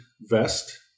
vest